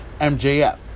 MJF